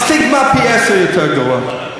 הסטיגמה פי-עשרה יותר גרועה.